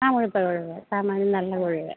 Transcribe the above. ആ മുഴുത്ത കൊഴുവ കാണാനും നല്ല കൊഴുവയാണ്